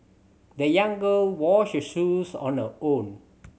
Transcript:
the young girl washed her shoes on her own